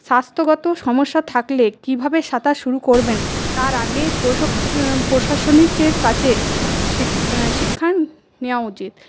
স্বাস্থ্যগত সমস্যা থাকলে কিভাবে সাঁতার শুরু করবেন তার আগেই প্রশাসনিকের কাছে শিক্ষা নেওয়া উচিত